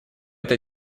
это